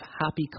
happy